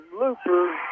looper